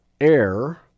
air